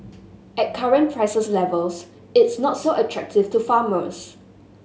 at current prices levels it's not so attractive to farmers